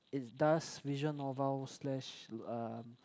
it does vision novel slash to um